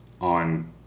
on